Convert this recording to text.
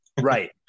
Right